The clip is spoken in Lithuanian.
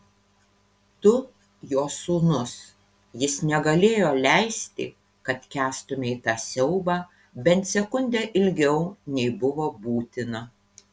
tu jo sūnus jis negalėjo leisti kad kęstumei tą siaubą bent sekundę ilgiau nei buvo būtina